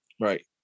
Right